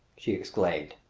she exclaimed.